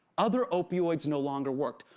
other opioids no longer worked.